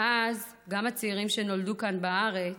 ואז גם הצעירים שנולדו כאן בארץ,